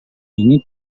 ini